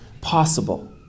possible